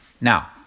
Now